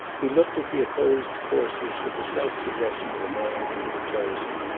he looked at the opposed courses with the self-possession of a man who has chosen,